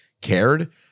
cared